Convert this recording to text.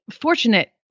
fortunate